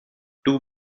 two